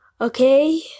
Okay